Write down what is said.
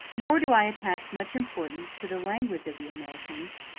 nor do i attach much importance to the language of the americans,